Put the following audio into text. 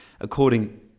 according